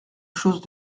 chose